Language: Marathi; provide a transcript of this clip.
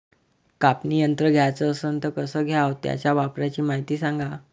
कापनी यंत्र घ्याचं असन त कस घ्याव? त्याच्या वापराची मायती सांगा